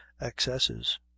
excesses